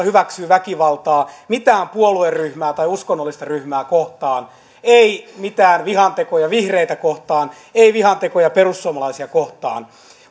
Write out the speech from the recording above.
hyväksyy väkivaltaa mitään puolueryhmää tai uskonnollista ryhmää kohtaan ei mitään vihantekoja vihreitä kohtaan ei vihantekoja perussuomalaisia kohtaan